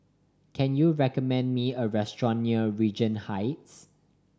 can you recommend me a restaurant near Regent Heights